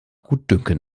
gutdünken